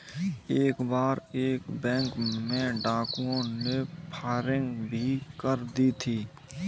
एक बार एक बैंक में डाकुओं ने फायरिंग भी कर दी थी